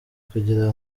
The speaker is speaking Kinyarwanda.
kugira